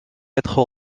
être